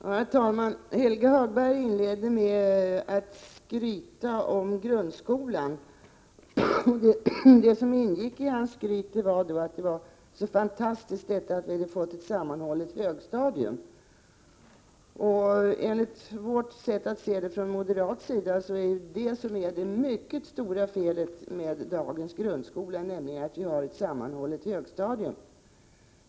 Herr talman! Helge Hagberg inledde med att skryta om grundskolan. Det som ingick i hans skryt var att det var fantastiskt att vi hade fått ett sammanhållet högstadium. Men enligt moderaternas sätt att se det är det stora felet med dagens grundskola just att vi har ett sammanhållet högstadium.